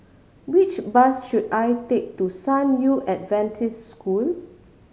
which bus should I take to San Yu Adventist School